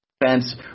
defense